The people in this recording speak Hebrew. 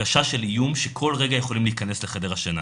הרגשה של איום שכל רגע יכולים להיכנס לחדר השינה.